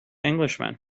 englishman